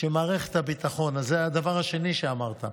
שמערכת הביטחון, זה הדבר השני שאמרת,